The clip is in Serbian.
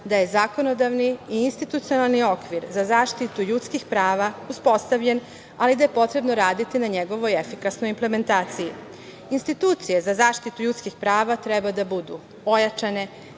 da je zakonodavni i institucionalni okvir za zaštitu ljudskih prava uspostavljen, ali da je potrebno raditi na njegovoj efikasnoj implementaciji. Institucije za zaštitu ljudskih prava treba da budu ojačane,